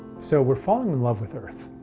so, we're falling in love with earth.